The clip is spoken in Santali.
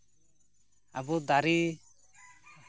ᱟᱵᱚ ᱫᱟᱨᱮ